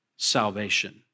salvation